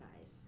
guys